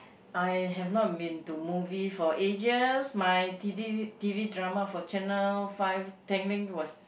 I have not been to movies for ages my T D t_v drama for channel five Tanglin was